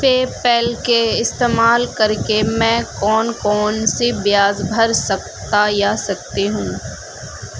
پے پل کے استعمال کر کے میں کون کون سی بیاج بھر سکتا یا سکتی ہوں